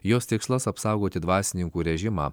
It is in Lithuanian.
jos tikslas apsaugoti dvasininkų režimą